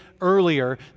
earlier